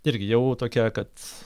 irgi jau tokia kad